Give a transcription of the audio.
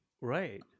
right